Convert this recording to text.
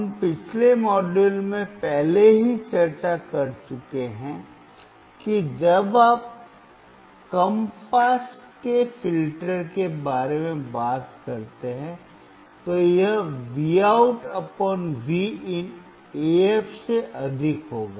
हम पिछले मॉड्यूल में पहले ही चर्चा कर चुके हैं कि जब आप कम पास के फिल्टर के बारे में बात करते हैं तो यह Vout Vin AF से अधिक होगा